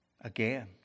again